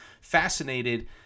fascinated